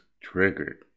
triggered